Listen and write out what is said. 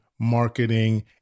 marketing